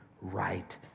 right